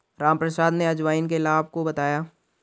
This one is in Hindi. रामप्रसाद ने अजवाइन के लाभ को बताया